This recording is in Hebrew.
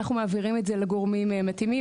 אנחנו מעבירים את זה לגורמים מתאימים.